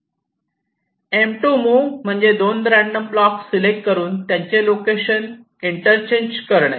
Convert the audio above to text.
M2 move म्हणजे दोन random block select करून त्यांचे लोकेशन इंटरचेंज करणे